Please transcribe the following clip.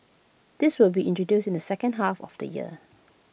this will be introduced in the second half of the year